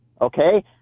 okay